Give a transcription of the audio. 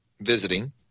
visiting